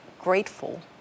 grateful